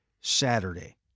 Saturday